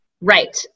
Right